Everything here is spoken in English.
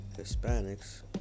Hispanics